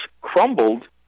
crumbled